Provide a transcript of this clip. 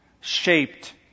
shaped